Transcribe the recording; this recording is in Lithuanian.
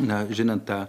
na žinant tą